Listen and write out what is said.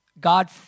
God